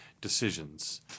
decisions